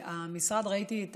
במשרד ראיתי את